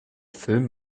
film